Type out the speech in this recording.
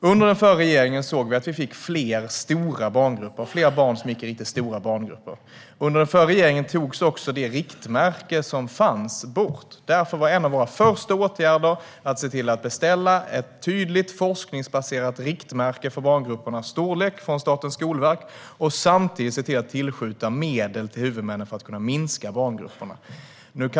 Under den förra regeringen fick vi fler stora barngrupper. Det var fler barn som gick i riktigt stora barngrupper. Under den förra regeringen togs också det riktmärke som fanns bort. Därför var en av våra första åtgärder att se till att beställa ett tydligt, forskningsbaserat riktmärke för barngruppernas storlek från Skolverket och samtidigt se till att tillskjuta medel till huvudmännen för att kunna minska barngruppernas storlek.